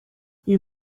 you